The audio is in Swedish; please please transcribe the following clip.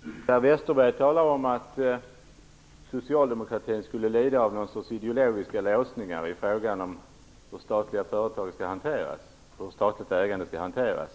Herr talman! Per Westerberg talar om att socialdemokratin skulle lida av någon sorts ideologiska låsningar i fråga om hur statligt ägande skall hanteras.